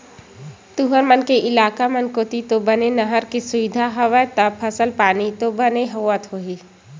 तुंहर मन के इलाका मन कोती तो बने नहर के सुबिधा हवय ता फसल पानी तो बने होवत होही?